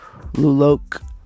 Lulok